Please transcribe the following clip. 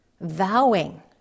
vowing